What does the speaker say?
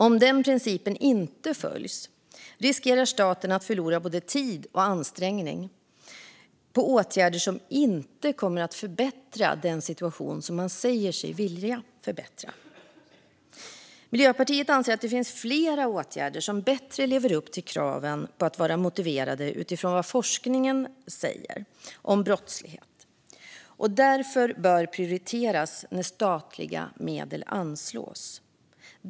Om den principen inte följs riskerar staten att förlora både tid och ansträngning på åtgärder som inte kommer att förbättra den situation som man säger sig vilja förbättra. Miljöpartiet anser att det finns flera åtgärder som bättre lever upp till kraven på att vara motiverade utifrån vad forskningen säger om brottslighet och därför bör prioriteras när statliga medel anslås.